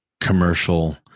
commercial